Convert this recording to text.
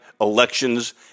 elections